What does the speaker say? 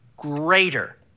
greater